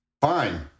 Fine